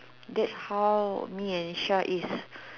that's how me and Char is